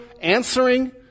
answering